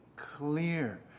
clear